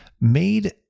made